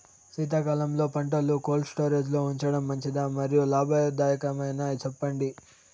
శీతాకాలంలో పంటలు cold storage లో ఉంచడం మంచిదా? మరియు లాభదాయకమేనా, సెప్పండి